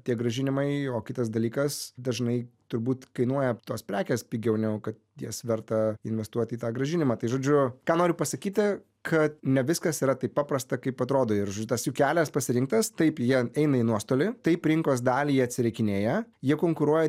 tie grąžinimai o kitas dalykas dažnai turbūt kainuoja tos prekės pigiau negu kad jas verta investuot į tą grąžinimą tai žodžiu ką noriu pasakyti kad ne viskas yra taip paprasta kaip atrodo ir šitas jų kelias pasirinktas taip jie eina į nuostolį taip rinkos dalį jie atsirinkinėja jie konkuruoja